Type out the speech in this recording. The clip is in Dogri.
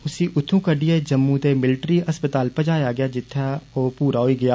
उंसी उत्थूं कड्डिये जम्मू दे मिल्टरी अस्पताल पुजाया गेआ जित्थें ओ पूरा होई गेआ